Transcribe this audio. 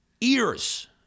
ears